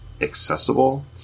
accessible